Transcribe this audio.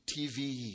TV